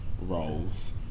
roles